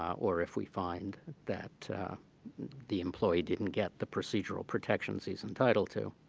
or if we find that the employee didn't get the procedural protections he's entitled to.